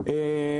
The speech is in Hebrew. בעיקר לפריפריה.